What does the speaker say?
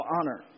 honor